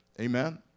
amen